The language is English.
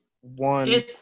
one